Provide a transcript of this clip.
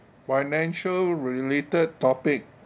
financial related topic